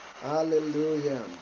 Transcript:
Hallelujah